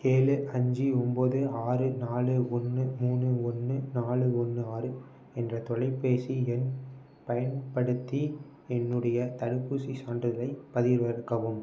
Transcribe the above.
ஏழு அஞ்சு ஒம்போது ஆறு நாலு ஒன்று மூணு ஒன்று நாலு ஒன்று ஆறு என்ற தொலைப்பேசி எண் பயன்படுத்தி என்னுடைய தடுப்பூசிச் சான்றிதழைப் பதிவிறக்கவும்